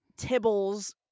Tibbles